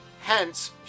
Hence